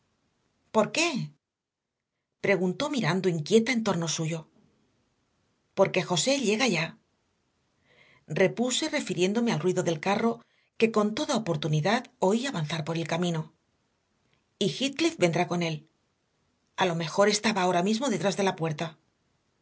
por qué preguntó mirando inquieta en torno suyo porque josé llega ya repuse refiriéndome al ruido del carro que con toda oportunidad oí avanzar por el camino y heathcliff vendrá con él a lo mejor estaba ahora mismo detrás de la puerta